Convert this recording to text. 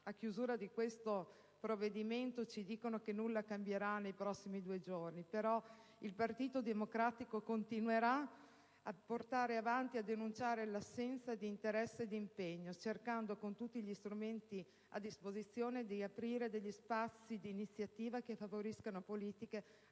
a chiusura di questo provvedimento ci dice che probabilmente nulla cambierà nei prossimi due giorni, però il Partito Democratico continuerà a portare avanti la sua battaglia e a denunciare l'assenza di interesse e impegno, cercando con tutti gli strumenti a disposizione di aprire degli spazi di iniziativa che favoriscano politiche a